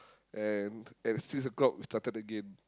and at six o-clock we started again